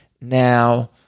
Now